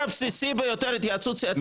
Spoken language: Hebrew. הדבר הבסיסי ביותר, התייעצות סיעתית.